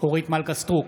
אורית מלכה סטרוק,